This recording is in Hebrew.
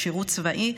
שירות צבאי.